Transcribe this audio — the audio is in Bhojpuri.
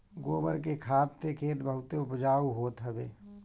गोबर के खाद से खेत बहुते उपजाऊ होत हवे